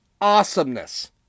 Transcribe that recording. Awesomeness